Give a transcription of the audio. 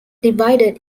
divided